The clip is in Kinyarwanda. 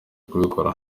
kubikora